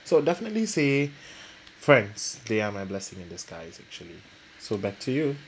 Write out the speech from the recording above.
so definitely say friends they are my blessing in disguise actually so back to you